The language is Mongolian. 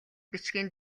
бичгийн